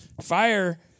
Fire